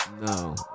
No